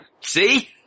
See